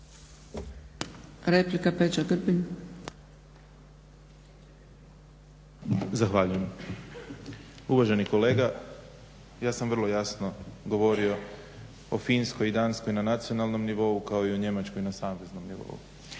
Peđa (SDP)** Zahvaljujem. Uvaženi kolega ja sam vrlo jasno govorio o Finskoj i Danskoj na nacionalnom nivou kao i o Njemačkoj na saveznom nivou.